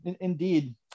indeed